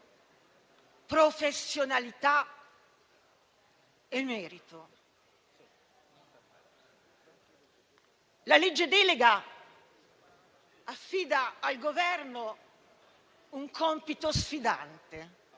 professionalità e merito. La legge delega affida al Governo un compito sfidante